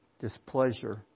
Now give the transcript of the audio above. displeasure